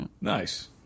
Nice